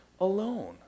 alone